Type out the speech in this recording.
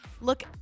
Look